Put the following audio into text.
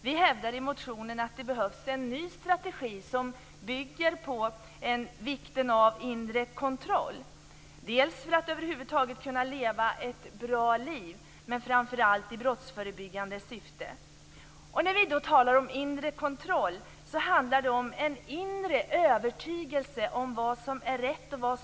Vi hävdar i motionen att det behövs en ny strategi som bygger på vikten av inre kontroll, dels för att vi över huvud taget skall kunna leva ett bra liv, dels - och framför allt - i brottsförebyggande syfte. Och när vi talar om inre kontroll handlar det om en inre övertygelse om vad som är rätt och fel.